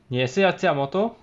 你也是要驾 motor